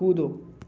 कूदो